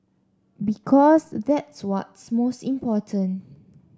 because that's what's most important